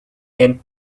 and